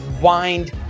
wind